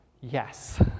Yes